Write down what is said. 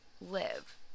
live